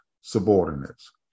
subordinates